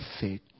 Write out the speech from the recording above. faith